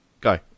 Go